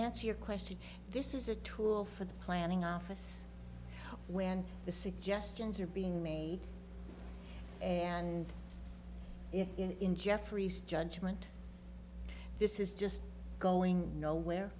answer your question this is a tool for the planning office when the suggestions are being me and if in jeffrey's judgment this is just going nowhere